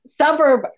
suburb